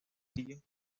sencillos